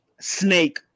Snake